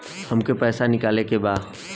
हमके पैसा निकाले के बा